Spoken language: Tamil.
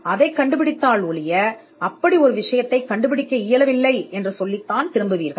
நீங்கள் அதைக் கண்டுபிடிக்காவிட்டால் அத்தகைய விஷயத்தைக் கண்டுபிடிக்க முடியவில்லை என்று கூறி மட்டுமே நீங்கள் திரும்புவீர்கள்